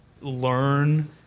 learn